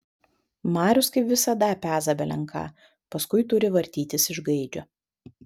marius kaip visada peza belen ką paskui turi vartytis iš gaidžio